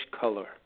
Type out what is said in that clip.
color